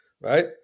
Right